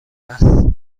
است